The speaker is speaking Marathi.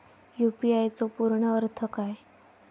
यू.पी.आय चो पूर्ण अर्थ काय?